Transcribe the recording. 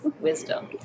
Wisdom